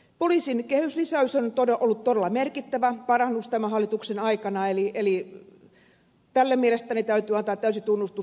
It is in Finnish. poliisin kehyslisäys on ollut todella merkittävä parannus tämän hallituksen aikana eli tälle mielestäni täytyy antaa täysi tunnustus